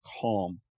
calm